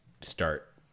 start